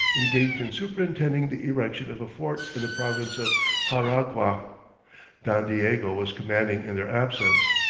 engaged in superintending the erection of a fort in the province of xaragua don diego was commanding in their absence.